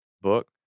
book